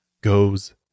goes